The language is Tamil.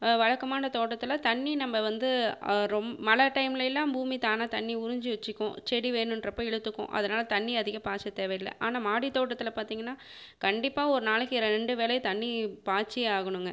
வழக்கமான தோட்டத்தில் தண்ணி நம்ம வந்து ரொம்ப மழை டைம்லேலாம் பூமி தானா தண்ணி உறிஞ்சி வச்சுக்கும் செடி வேணும்றப்ப இழுத்துக்கும் அதனால் தண்ணி அதிகம் பாய்ச்ச தேவை இல்லை ஆனால் மாடி தோட்டத்தில் பார்த்தீங்கன்னா கண்டிப்பாக ஒரு நாளைக்கு ரெண்டு வேலையும் தண்ணி பாய்ச்சியே ஆகணுங்க